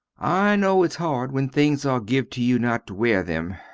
i no its hard when things are give to you not to wear them,